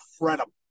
incredible